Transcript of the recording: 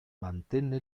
mantenne